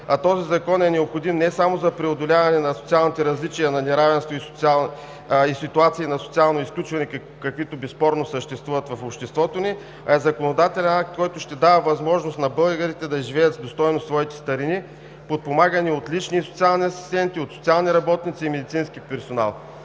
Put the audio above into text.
Този закон е необходим не само за преодоляване на социалните различия, на неравенство и ситуации на социално изключване, каквито безспорно съществуват в обществото ни, а е законодателен акт, който ще дава възможност на българите да изживеят достойно своите старини, подпомагани от лични и социални асистенти, от социални работници и медицински персонал.